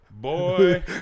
Boy